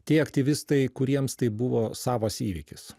tie aktyvistai kuriems tai buvo savas įvykis